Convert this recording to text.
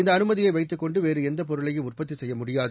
இந்த அனுமதியை வைத்துக் கொண்டு வேறு எந்தப் பொருளையும் உற்பத்தி செய்யமுடியாது